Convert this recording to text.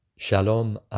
Shalom